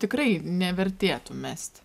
tikrai nevertėtų mest